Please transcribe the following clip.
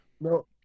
No